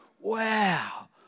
wow